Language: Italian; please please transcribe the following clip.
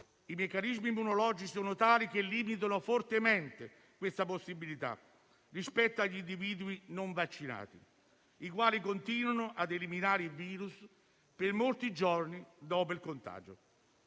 I meccanismi immunologici sono tali che limitano fortemente questa possibilità rispetto agli individui non vaccinati, i quali continuano a eliminare il *virus* per molti giorni dopo il contagio.